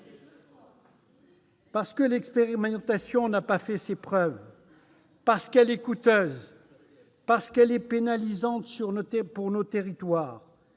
parce que l'expérimentation n'a pas fait ses preuves, parce qu'elle est coûteuse, parce qu'elle est pénalisante pour nos territoires,